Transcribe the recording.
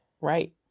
Right